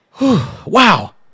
Wow